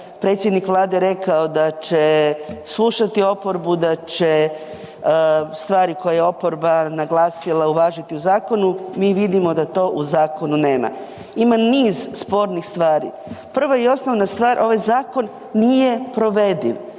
predsjednik Vlade rekao da će slušati oporbu, da će stvari koje je oporba naglasila, uvažiti u zakonu, mi vidimo da to u zakonu nema. Ima niz spornih stvari. Prva i osnovna stvar, ovaj zakon nije provediv.